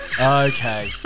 Okay